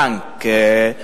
בנק,